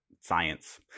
science